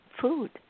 food